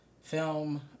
film